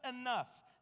enough